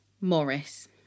Morris